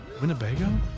Winnebago